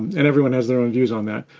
and everyone has their own views on that.